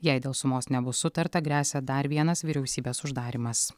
jei dėl sumos nebus sutarta gresia dar vienas vyriausybės uždarymas